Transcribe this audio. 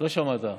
לא שמעת.